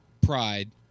pride